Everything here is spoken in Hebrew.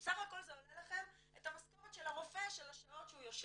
סך הכל זה עולה לכם את המשכורת של הרופא של השעות שהוא יושב.